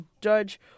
judge